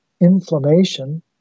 inflammation